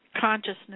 consciousness